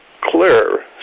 clear